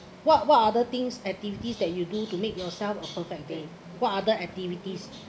what what other things activities that you do to make yourself a perfect day what other activities